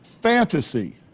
fantasy